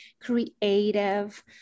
creative